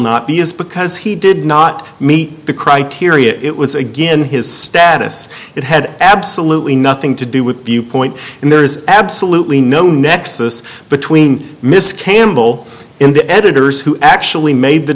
not be is because he did not meet the criteria it was again his status it had absolutely nothing to do with viewpoint and there is absolutely no nexus between miss campbell and the editors who actually made the